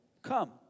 Come